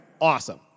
Awesome